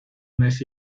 mes